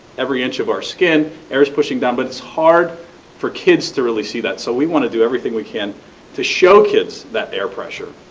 every inch of our skin, air is pushing down. but it is hard for kids to really see that, so we want to do everything we can to show kids that air pressure.